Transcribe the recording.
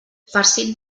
farcit